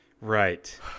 Right